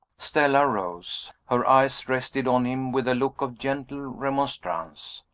stella rose. her eyes rested on him with a look of gentle remonstrance.